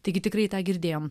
taigi tikrai tą girdėjom